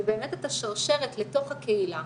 ובאמת את השרשרת לתוך הקהילה